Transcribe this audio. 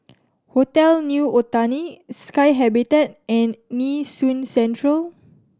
Hotel New Otani Sky Habitat and Nee Soon Central